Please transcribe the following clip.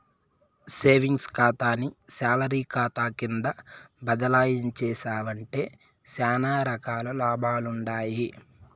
savings కాతాని salary కాతా కింద బదలాయించేశావంటే సానా రకాల లాభాలుండాయి